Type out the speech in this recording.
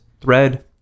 thread